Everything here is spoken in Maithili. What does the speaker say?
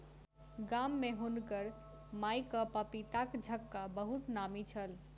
गाम में हुनकर माईक पपीताक झक्खा बहुत नामी छल